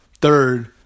third